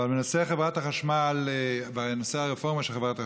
בנושא הרפורמה של חברת החשמל,